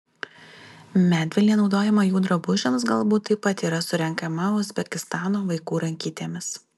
medvilnė naudojama jų drabužiams galbūt taip pat yra surenkama uzbekistano vaikų rankytėmis